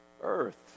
earth